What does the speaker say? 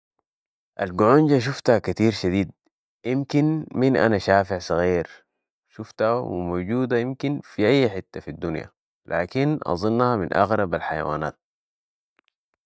القعونجة شفتها كتير شديد امكن من انا شافع صغير ، شفتها و موجوده امكن في اي حته في الدنيا لكن اظنها من أغرب الحيوانات